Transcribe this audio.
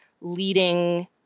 leading